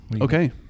Okay